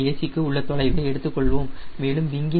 c க்கு உள்ள தொலைவை எடுத்துக்கொள்வோம் மேலும் விங்கின் a